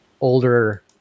older